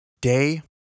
Day